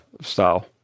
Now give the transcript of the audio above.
style